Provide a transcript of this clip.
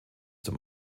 zum